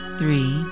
three